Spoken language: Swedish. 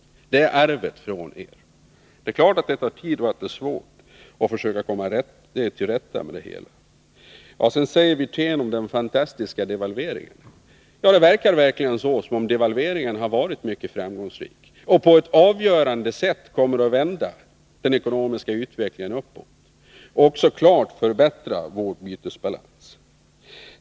Sådant är arvet efter er. Det är klart att det tar tid och är svårt att komma till rätta med detta helt! Rolf Wirtén nämnde den ”fantastiska devalveringen”. Ja, det verkar faktiskt som om devalveringen har varit mycket framgångsrik och på ett avgörande sätt kommer att vända den ekonomiska utvecklingen uppåt och klart förbättra vår bytesbalans.